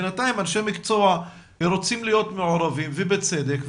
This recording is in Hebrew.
בינתיים אנשי מקצוע רוצים להיות מעורבים ובצדק,